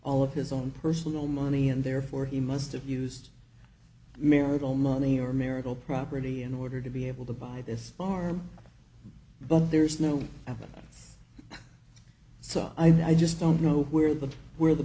all of his own personal money and therefore he must have used marital money or marital property in order to be able to buy this farm but there's no evidence so i just don't know where the where the